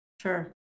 Sure